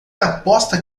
aposta